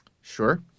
Sure